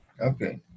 Okay